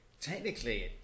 Technically